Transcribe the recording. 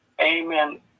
Amen